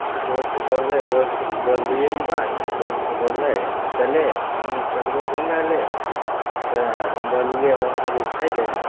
दोस्त बोलले दोस्तके बोललिऐ ई बात दोस्त बोललै चले हमहूँ चलबहुँ घूमे ले तऽ हम बोललियै वहाँ जे छै ने